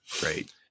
Great